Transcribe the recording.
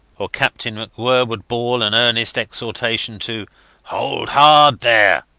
or captain macwhirr would bawl an earnest exhortation to hold hard, there!